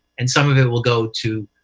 and some of it will go to